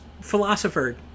Philosopher